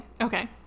Okay